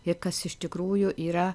ir kas iš tikrųjų yra